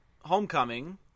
Homecoming